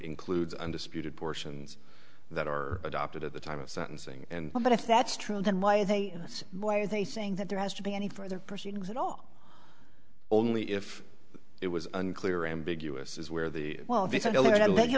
includes undisputed portions that are adopted at the time of sentencing and all but if that's true then why are they so why are they saying that there has to be any further proceedings at all only if it was unclear ambiguous is where the well